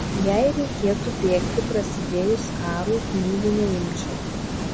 jei reikėtų bėgti prasidėjus karui knygų neimčiau